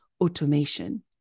automation